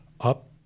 up